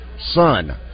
son